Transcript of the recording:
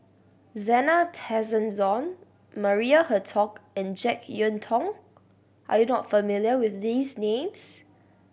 Zena Tessensohn Maria Hertogh and Jek Yeun Thong are you not familiar with these names